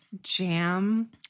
jam